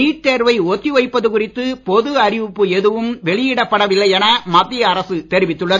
NEET தேர்வை ஒத்தி வைப்பது குறித்து பொது அறிவிப்பு எதுவும் வெளியிடப்பட வில்லை என மத்திய அரசு தெரிவித்துள்ளது